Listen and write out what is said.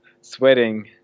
sweating